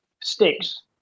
sticks